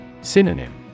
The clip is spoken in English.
Synonym